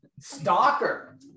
Stalker